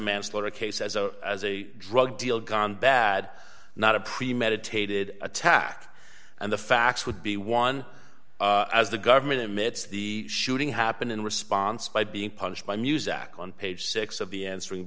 manslaughter case as a as a drug deal gone bad not a premeditated attack and the facts would be one as the government admits the shooting happened in response by being punished by muzak on page six of the answering